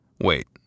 Wait